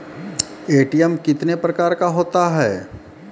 ATM कितने प्रकार का होता हैं?